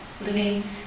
living